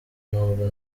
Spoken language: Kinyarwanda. nubwo